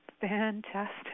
Fantastic